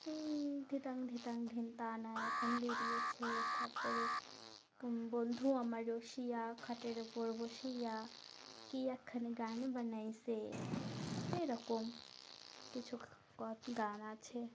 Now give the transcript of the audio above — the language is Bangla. এই ধিতাং ধিতাং ধিন তা নায় আ এখন বেরিয়েছে তারপরে বন্ধু আমার রসিয়া খাটের উপর বসিয়া কি একখানি গান বানাইসে এইরকম কিছু কত গান আছে